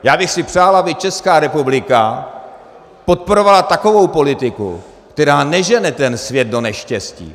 Já bych si přál, aby Česká republika podporovala takovou politiku, která nežene ten svět do neštěstí.